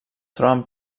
troben